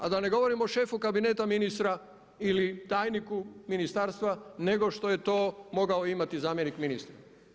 A da ne govorimo o šefu kabineta ministra ili tajniku ministarstva nego što je to mogao imati zamjenik ministra.